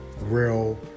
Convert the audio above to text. real